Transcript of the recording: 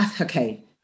okay